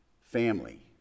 Family